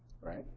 right